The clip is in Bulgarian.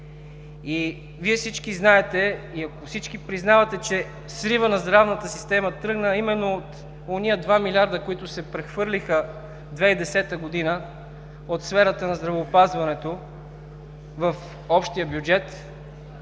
Всички Вие знаете и ако всички признавате, че сривът на здравната система тръгна именно от онези 2 млрд. лв., които се прехвърлиха 2010 г. от сферата на здравеопазването в общия бюджет,